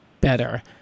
better